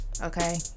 Okay